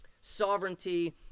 Sovereignty